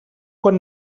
quan